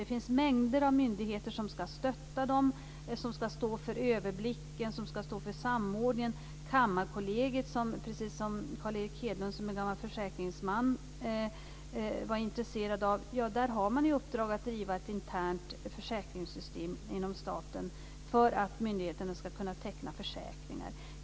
Det finns mänger av myndigheter som ska stötta dem, som ska stå för överblicken, som ska stå för samordningen. Kammarkollegiet, som Carl Erik Hedlund som gammal försäkringsman var intresserad av, har i uppdrag att driva ett internt försäkringssystem inom staten för att myndigheterna ska kunna teckna försäkringar.